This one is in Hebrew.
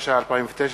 התש"ע 2009,